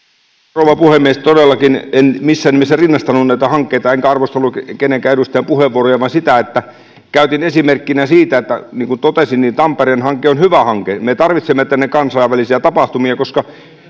rouva puhemies todellakaan en missään nimessä rinnastanut näitä hankkeita enkä arvostellut kenenkään edustajan puheenvuoroja vaan käytin esimerkkinä että niin kuin totesin tampereen hanke on hyvä hanke me tarvitsemme tänne kansainvälisiä tapahtumia koska